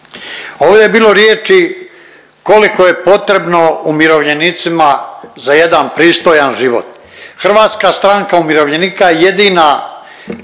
Ovdje je bilo riječi koliko je potrebno umirovljenicima za jedan pristojan život. Hrvatska stranka umirovljenika je jedina